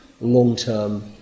long-term